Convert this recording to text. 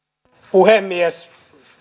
puhemies